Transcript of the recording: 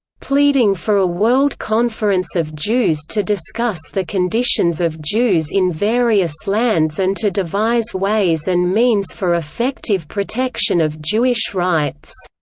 pleading for a world conference of jews to discuss the conditions of jews in various lands and to devise ways and means for effective protection of jewish rights.